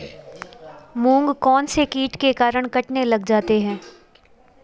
मूंग कौनसे कीट के कारण कटने लग जाते हैं?